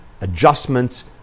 adjustments